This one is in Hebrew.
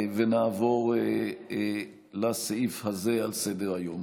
ונעבור לסעיף הזה על סדר-היום.